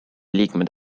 liikmed